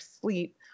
sleep